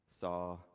saw